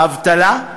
האבטלה,